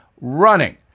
running